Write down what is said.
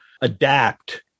adapt